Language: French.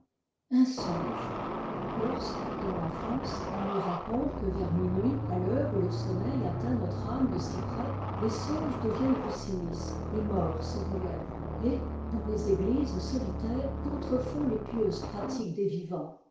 lorsque dans l'enfance on nous raconte que vers minuit à l'heure où lesommeil atteint notre âme de si près les songes deviennent plus si nistres les morts se relèvent et dans les éghses solitaires contrefont les pieuses pratiques des vivants